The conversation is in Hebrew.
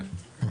כן.